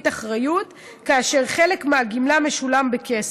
אחריות כאשר חלק מהגמלה משולם בכסף,